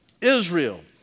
Israel